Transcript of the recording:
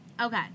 okay